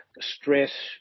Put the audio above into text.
Stress